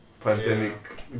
pandemic